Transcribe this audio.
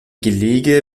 gelege